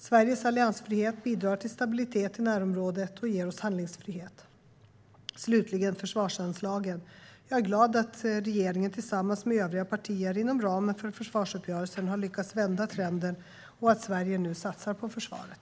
Sveriges alliansfrihet bidrar till stabilitet i närområdet och ger oss handlingsfrihet. När det gäller försvarsanslagen är jag glad att regeringen tillsammans med övriga partier inom ramen för försvarsuppgörelsen har lyckats vända trenden och att Sverige nu satsar på försvaret.